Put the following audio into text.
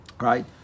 right